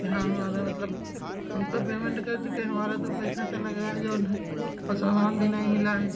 यहाँ हमारा मतलब हम तो पेमेन्ट कर चुके हमारा तो पैसा चला गया है जो है और सामान भी नहीं मिला है